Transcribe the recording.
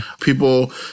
People